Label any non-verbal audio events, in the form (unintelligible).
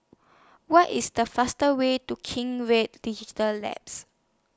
What IS The faster Way to Kent (unintelligible) Digital Labs